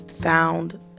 found